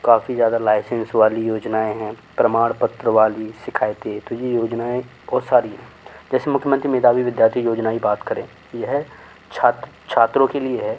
काफ़ी ज़्यादा लायसेंस वाली योजनाऍं हैं प्रमाण पत्र वाली शिकायतें तो ये योजनाऍं बहुत सारी हैं जैसे मुख्यमंत्री मेधावी विद्यार्थी योजना की बात करें यह छात छात्रों के लिए है